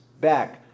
back